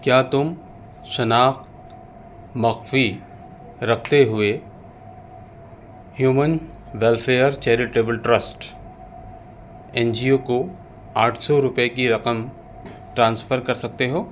کیا تم شناخت مخفی رکھتے ہوئے human welfare charitable trust N G O کو آٹھ سو روپے کی رقم ٹرانسفر کر سکتے ہو